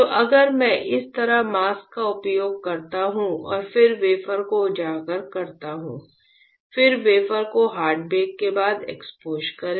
तो अगर मैं इस तरह मास्क का उपयोग करता हूं और फिर वेफर को उजागर करता हूं फिर वेफर को हार्ड बेक के बाद एक्सपोज़ करें